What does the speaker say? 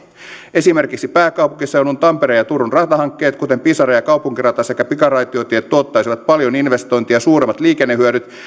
esimerkiksi pääkaupunkiseudun tampereen ja turun ratahankkeet kuten pisara ja kaupunkirata sekä pikaraitiotiet tuottaisivat paljon investointia suuremmat liikennehyödyt ja